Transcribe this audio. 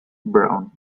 brown